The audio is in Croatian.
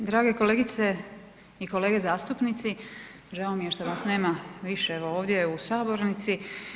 Drage kolegice i kolege zastupnice, žao mi je što vas nema više ovdje u sabornici.